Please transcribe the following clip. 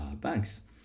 banks